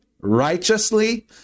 righteously